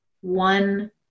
one